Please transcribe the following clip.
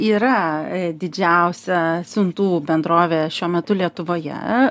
yra didžiausia siuntų bendrovė šiuo metu lietuvoje